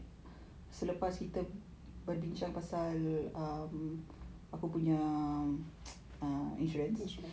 insurance